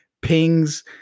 pings